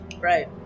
Right